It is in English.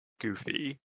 goofy